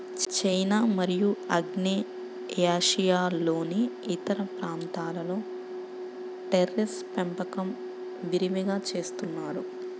China మరియు ఆగ్నేయాసియాలోని ఇతర ప్రాంతాలలో టెర్రేస్ పెంపకం విరివిగా చేస్తున్నారు